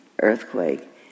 earthquake